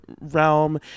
realm